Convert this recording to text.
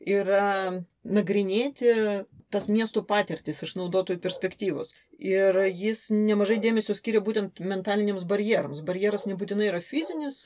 yra nagrinėti tas miestų patirtis iš naudotojų perspektyvos ir jis nemažai dėmesio skyrė būtent mentaliniams barjerams barjeras nebūtinai yra fizinis